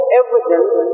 evidence